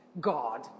God